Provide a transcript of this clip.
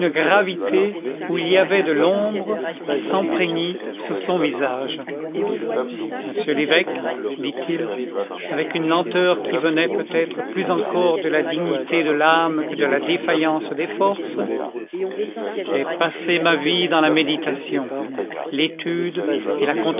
gravité où il y avait de l'ombre s'empreignit sur son visage monsieur l'évêque dit-il avec une lenteur qui venait peut-être plus encore de la dignité de l'âme que de la défaillance des forces j'ai passé ma vie dans la méditation l'étude et la